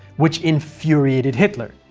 which infuriated hitler.